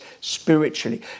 spiritually